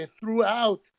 throughout